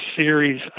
series